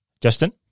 Justin